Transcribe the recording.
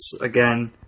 again